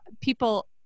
people